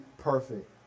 perfect